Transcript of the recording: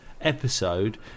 episode